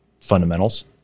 fundamentals